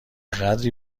قدری